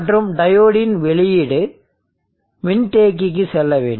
மற்றும் டையோடின் வெளியீடு மின்தேக்கிக்கு செல்ல வேண்டும்